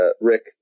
Rick